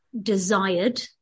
desired